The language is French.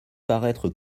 paraître